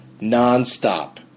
nonstop